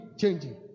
changing